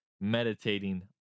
meditating